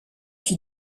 qui